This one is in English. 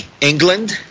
England